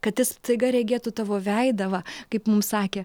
kad jis staiga regėtų tavo veidą va kaip mum sakė